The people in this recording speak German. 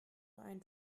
einen